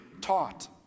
taught